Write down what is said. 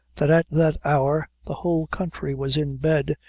that at that hour the whole country was in bed,